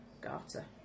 Garter